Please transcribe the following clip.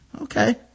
okay